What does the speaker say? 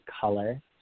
color